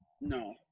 No